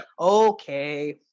okay